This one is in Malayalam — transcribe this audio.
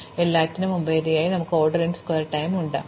അതിനാൽ എല്ലാറ്റിനുമുപരിയായി നമുക്ക് ഓർഡർ n സ്ക്വയർ ടൈം ഉണ്ട്